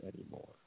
anymore